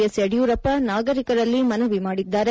S Yediyurappa ನಾಗರಿಕರಲ್ಲಿ ಮನವಿ ಮಾಡಿದ್ದಾರೆ